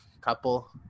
couple